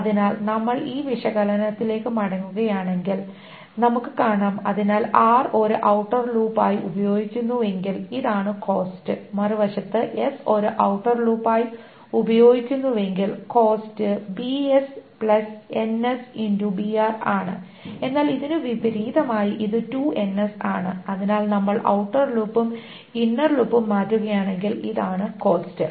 അതിനാൽ നമ്മൾ ഈ വിശകലനത്തിലേക്ക് മടങ്ങുകയാണെങ്കിൽ ആണ് എന്നാൽ ഇതിനു വിപരീതമായി ഇത് ആണ് അതിനാൽ നമ്മൾ ഔട്ടർ ലൂപ്പും ഇന്നർ ലൂപ്പും മാറ്റുകയാണെങ്കിൽ ഇതാണ് കോസ്റ്റ്